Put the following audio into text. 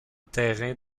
terrain